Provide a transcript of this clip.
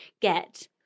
get